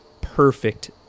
perfect